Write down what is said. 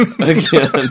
again